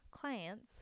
clients